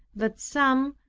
that some,